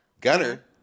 Gunner